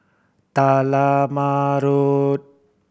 Talma Road